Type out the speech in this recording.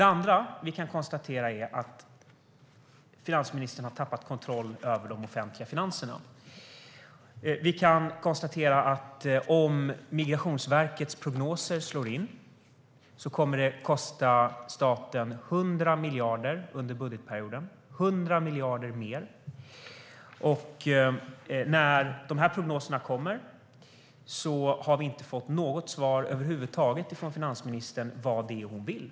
Den andra saken är att finansministern har tappat kontrollen över de offentliga finanserna. Om Migrationsverkets prognoser slår in kommer det att kosta staten 100 miljarder mer under budgetperioden. Prognoserna kommer, men vi har inte fått något svar över huvud taget från finansministern om vad hon vill.